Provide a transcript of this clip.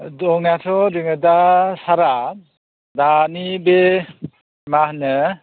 दंनायाथ' जोङो दा सारआ दानि बे मा होनो